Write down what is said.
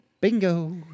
Bingo